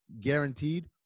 guaranteed